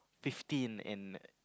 fifteen and